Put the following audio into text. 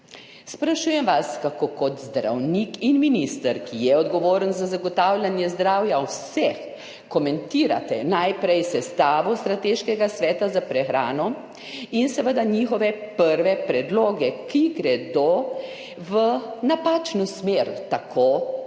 Sprašujem vas: Kako kot zdravnik in minister, ki je odgovoren za zagotavljanje zdravja vseh, komentirate sestavo Strateškega sveta za prehrano in njihove prve predloge, ki gredo, kot opozarja